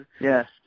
Yes